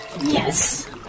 Yes